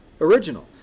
original